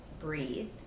breathe